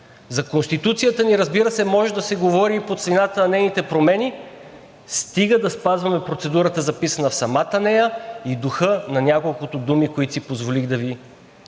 За Конституцията ни, разбира се, може да се говори и по цената на нейните промени, стига да спазваме процедурата, записана в самата нея, и духа на няколкото думи, които си позволих да Ви припомня.